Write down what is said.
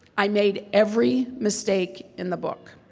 i made every mistake in the book.